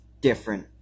different